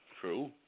True